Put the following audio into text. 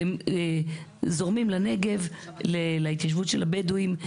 והם זורמים לנגב להתיישבות של הבדואים,